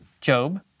Job